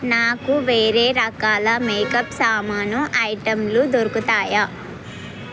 నాకు వేరే రకాల మేకప్ సామాను ఐటెంలు దొరుకుతాయా